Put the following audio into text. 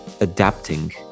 adapting